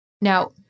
Now